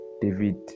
David